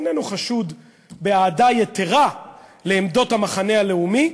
שאיננו חשוד באהדה יתרה לעמדות המחנה הלאומי,